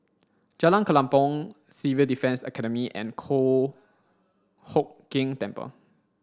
Jalan Kelempong Civil Defence Academy and Kong Hock Keng Temple